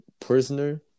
prisoner